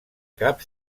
cap